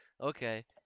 Okay